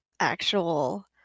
actual